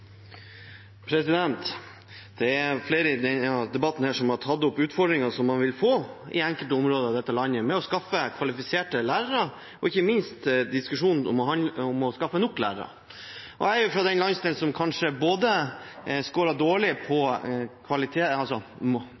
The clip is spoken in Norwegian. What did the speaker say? flere i denne debatten som har tatt opp de utfordringene man i enkelte områder av dette landet vil få med å skaffe kvalifiserte lærere, og ikke minst med å skaffe nok lærere. Jeg er fra den landsdelen som kanskje skårer dårlig både på